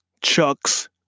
Chucks